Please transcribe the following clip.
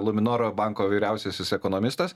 luminoro banko vyriausiasis ekonomistas